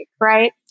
right